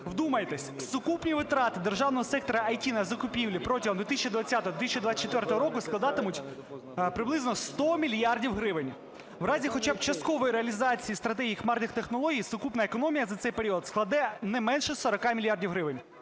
Вдумайтесь, сукупні витрати державного сектору ІТ на закупівлі протягом 2020-2024 років складатимуть приблизно сто мільярдів гривень. У разі хоча б часткової реалізації стратегії хмарних технологій сукупна економія за цей період складе не менше 40 мільярдів гривень.